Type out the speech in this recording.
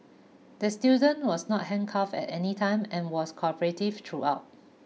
the student was not handcuffed at any time and was cooperative throughout